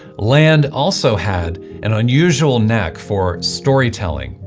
land also had an unusual knack for storytelling,